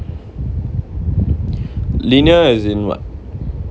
linear as in what